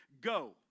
Go